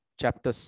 chapter